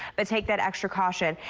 but take that extra caution.